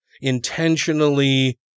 intentionally